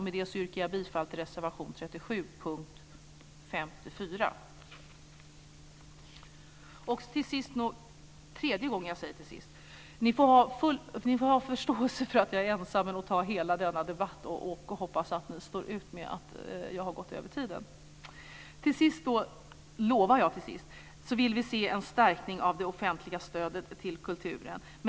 Med det yrkar jag bifall till reservation 37 under punkt 54. Ni får ha förståelse för att jag är ensam om att ta hela denna debatt. Jag hoppas att ni står ut med att jag har dragit över tiden. Till sist - nu är det tredje gången jag säger det, men nu lovar jag att det blir så - vill vi se en förstärkning av det offentliga stödet till kulturen.